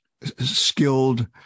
skilled